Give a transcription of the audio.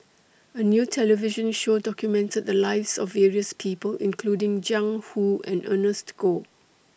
A New television Show documented The Lives of various People including Jiang Hu and Ernest Goh